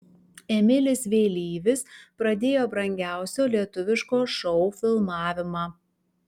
emilis vėlyvis pradėjo brangiausio lietuviško šou filmavimą